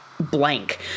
blank